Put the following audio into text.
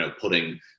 putting